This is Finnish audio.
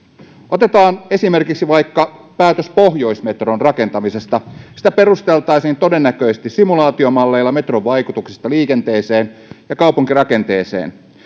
otetaan esimerkiksi vaikka päätös pohjoismetron rakentamisesta sitä perusteltaisiin todennäköisesti simulaatiomalleilla metron vaikutuksista liikenteeseen ja kaupunkirakenteeseen